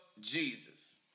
Jesus